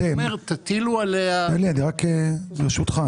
לא, אני אומר, תטילו עליה --- אני רק, ברשותך.